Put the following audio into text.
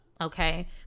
okay